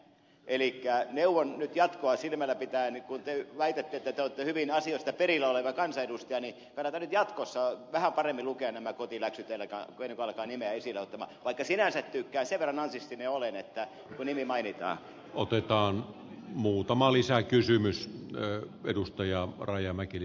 eli neuvon nyt jatkoa silmällä pitäen kun te väitätte että te olette hyvin asioista perillä oleva kansanedustaja että kannattaa nyt jatkossa vähän paremmin lukea nämä kotiläksyt ennen kuin alkaa nimeä esille ottamaan vaikka sinänsä tykkään sen verran narsistinen olen kun nimi mainitaan otetaan muutama lisää kysymys ole edustajaa vakaa ja mekin